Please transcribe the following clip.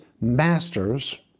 masters